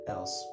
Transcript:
Else